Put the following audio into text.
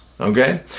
okay